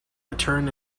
return